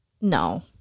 No